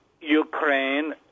Ukraine